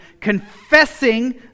confessing